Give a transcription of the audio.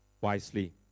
wisely